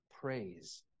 Praise